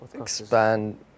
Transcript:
expand